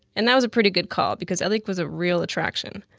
and that was a pretty good call, because elik was a real attraction.